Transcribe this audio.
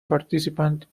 participant